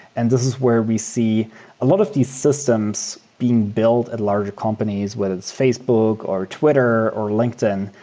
and this is where we see a lot of these systems being built at larger companies, whether it's facebook, or twitter, or linkedin,